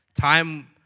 Time